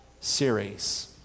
series